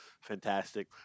fantastic